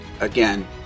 Again